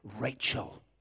Rachel